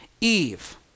Eve